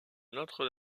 notre